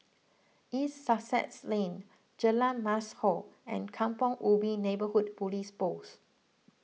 East Sussex Lane Jalan Mashhor and Kampong Ubi Neighbourhood Police Post